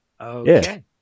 Okay